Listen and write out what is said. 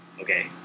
okay